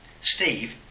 Steve